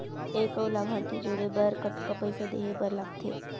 एक अऊ लाभार्थी जोड़े बर कतका पइसा देहे बर लागथे?